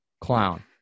Clown